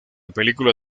película